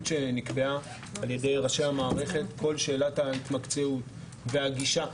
שנקבעה על ידי ראשי המערכת - כל שאלת ההתמקצעות והגישה.